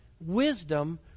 Wisdom